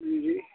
जी